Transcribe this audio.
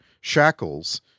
shackles